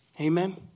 Amen